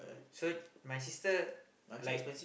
so my sister like